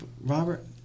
Robert